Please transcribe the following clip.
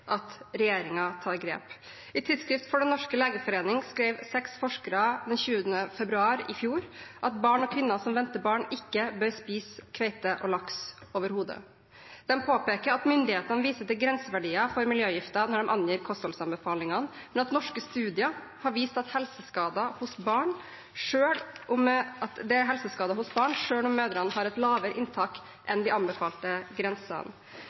at regjeringen tar grep. I Tidsskrift for Den norske legeforening skrev seks forskere den 20. februar i fjor at barn og kvinner som venter barn, ikke bør spise kveite og laks overhodet. De påpeker at myndighetene viser til grenseverdier for miljøgifter når de angir kostholdsanbefalingene, men at norske studier har vist at det er helseskader hos barn selv om mødrene har et lavere inntak enn de anbefalte grensene.